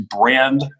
brand